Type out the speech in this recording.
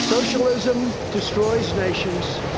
socialism destroys nations.